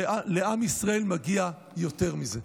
ולעם ישראל מגיע יותר מזה.